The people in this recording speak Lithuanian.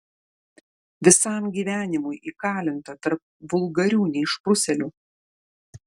visam gyvenimui įkalinta tarp vulgarių neišprusėlių